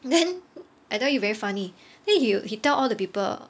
then I tell you very funny then yo~ he tell all the people